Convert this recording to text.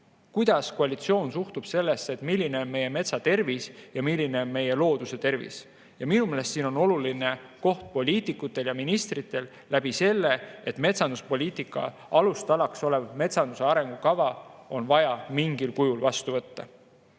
kuidas koalitsioon suhtub sellesse, milline on meie metsa tervis ja milline on meie looduse tervis. Minu meelest on siin oluline koht poliitikutel ja ministritel, sest metsanduspoliitika alustalaks olev metsanduse arengukava on vaja mingil kujul vastu võtta.